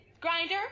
Grinder